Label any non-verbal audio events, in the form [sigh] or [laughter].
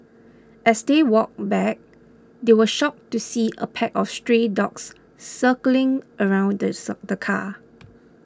as they walked back they were shocked to see a pack of stray dogs circling around [hesitation] the car